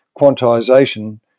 quantization